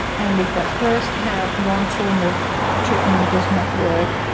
and if that first help, one form of treatment does not work,